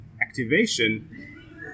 activation